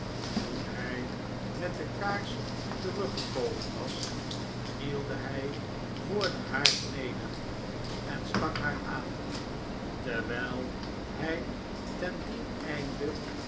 toen hi met de kaars teruggekomen was knielde hy voor den haard necfer en stak haar aan terwyl hy ten dien einde